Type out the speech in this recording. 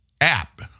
app